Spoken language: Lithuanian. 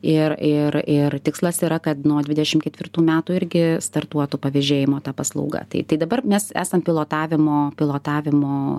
ir ir ir tikslas yra kad nuo dvidešim ketvirtų metų irgi startuotų pavėžėjimo ta paslauga tai tai dabar mes esam pilotavimo pilotavimo